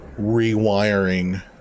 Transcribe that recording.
rewiring